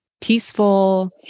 peaceful